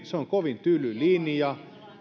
se on kovin tyly linja